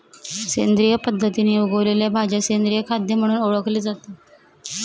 सेंद्रिय पद्धतीने उगवलेल्या भाज्या सेंद्रिय खाद्य म्हणून ओळखले जाते